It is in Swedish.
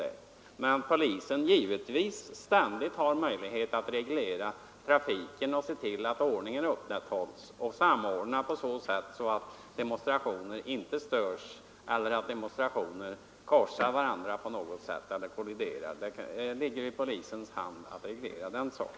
Polisen skall självfallet ha möjlighet att reglera trafiken och upprätthålla ordningen så Ändring i val att demonstrationen inte störs och att demonstrationer inte korsar eller kolliderar med varandra. Det ligger i polisens hand att reglera den saken.